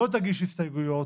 לא תגיש הסתייגויות,